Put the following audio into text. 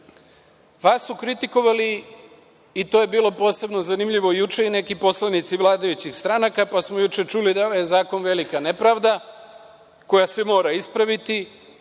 su kritikovali, i to je bilo posebno zanimljivo juče, i neki poslanici vladajućih stranaka, pa smo juče čuli da je ovaj zakon velika nepravda, koja se mora ispraviti,